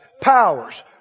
Powers